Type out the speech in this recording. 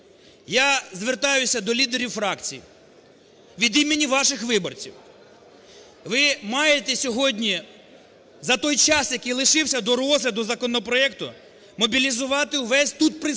Я звертаюся до лідерів фракцій від імені ваших виборців. Ви маєте сьогодні за той час, який лишився до розгляду законопроекту, мобілізувати весь тут присутній